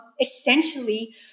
essentially